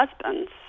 husbands